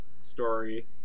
story